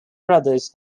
brothers